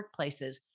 workplaces